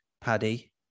Paddy